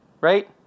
right